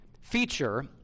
feature